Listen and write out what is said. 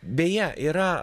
beje yra